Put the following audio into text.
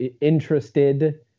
interested